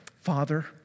Father